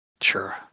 Sure